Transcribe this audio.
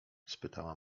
spytała